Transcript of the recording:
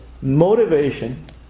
motivation